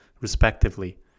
respectively